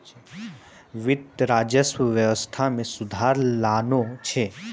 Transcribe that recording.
वित्त, राजस्व व्यवस्था मे सुधार लानै छै